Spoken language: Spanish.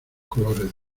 colores